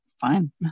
fine